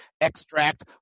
extract